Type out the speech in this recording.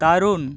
দারুণ